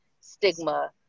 stigma